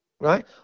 right